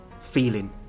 feeling